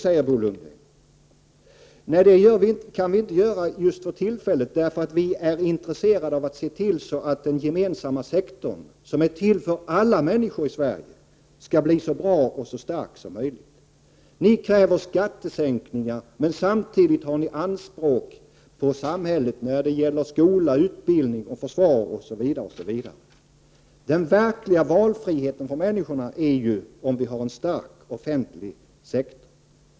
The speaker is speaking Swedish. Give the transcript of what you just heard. frågar Bo Lundgren. Då svarar jag: Det kan vi inte göra just för tillfället, därför att vi är intresserade av att den gemensamma sektorn, som är till för alla människor i Sverige, skall bli så bra och stark som möjligt. Ni kräver skattesänkningar, men samtidigt har ni anspråk på samhället när det gäller skola, utbildning, försvar etc. En verklig valfrihet får människorna om vi har en stark offentlig sektor!